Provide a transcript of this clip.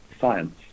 science